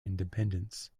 independence